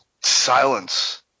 silence